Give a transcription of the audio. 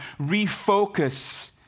refocus